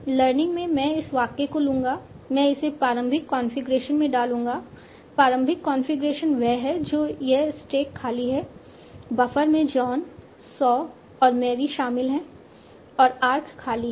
learning में मैं इस वाक्य को लूंगा मैं इसे प्रारंभिक कॉन्फ़िगरेशन में डालूंगा प्रारंभिक कॉन्फ़िगरेशन वह है जो यह स्टैक खाली है बफर में जॉन सॉ और मैरी शामिल हैं और आर्क खाली है